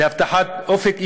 להבטחת אופק אישי,